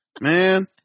Man